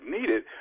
needed